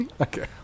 Okay